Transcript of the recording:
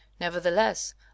nevertheless